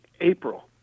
April